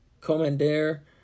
Commander